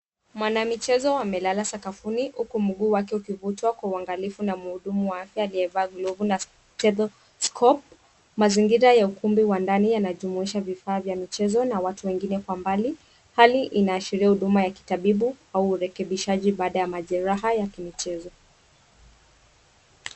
Mwana mchezo amelala sakafuni huku mikuu wake ukufutwa kwa uangalivu na muhudumu wa afya aliyevaa glovu na statoscope , mazingira ya ukumbi wa ndani yanajumuisha vifaa vya michezo na watu wengine kwa mbali, hali inaashiria wa kitabibu au urekebishaji baada ya majereha ya kimchezo.